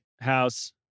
House